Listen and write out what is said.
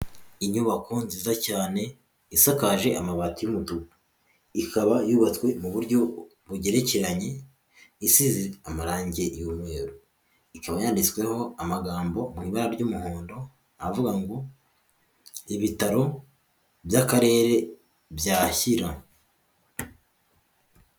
Inyubako nziza cyane isakaje amabati y'umutuku, ikaba yubatswe mu buryo bugerekeranye isize amarangi y'umweru, ikaba yanditsweho amagambo mu ibara ry'umuhondo avuga ngo ibitaro by'akarere bya Shyira.